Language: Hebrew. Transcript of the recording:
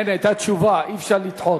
אין, היתה תשובה, אי-אפשר לדחות.